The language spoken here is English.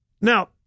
Now